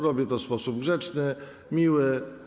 Robię to w sposób grzeczny, miły.